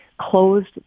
closed